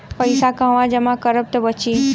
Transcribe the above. पैसा कहवा जमा करब त बची?